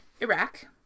Iraq